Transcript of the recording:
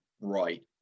right